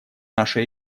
наша